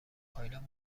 کایلا